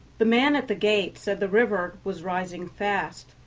the man at the gate said the river was rising fast,